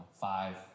five